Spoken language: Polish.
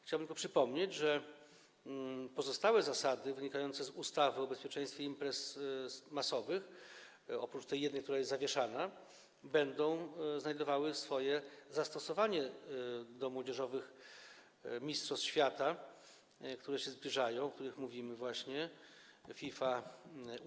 Chciałbym tylko przypomnieć, że pozostałe zasady wynikające z ustawy o bezpieczeństwie imprez masowych, oprócz tej jednej, która jest zawieszana, będą znajdowały swoje zastosowanie do młodzieżowych mistrzostw świata, które się zbliżają, o których mówimy, FIFA U20.